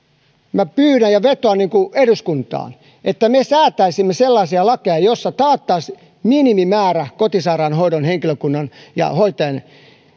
minä pyydän ja vetoan eduskuntaan että me säätäisimme sellaisia lakeja joissa taattaisiin minimimäärä kotisairaanhoidon henkilökunnan ja hoitajien